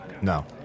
No